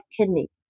kidney